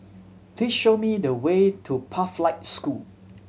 please show me the way to Pathlight School